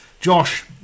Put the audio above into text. Josh